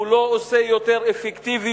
הוא לא עושה יותר אפקטיביות.